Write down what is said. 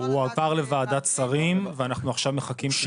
הוא עבר לוועדת שרים ואנחנו עכשיו מחכים שייכנס עוד פעם.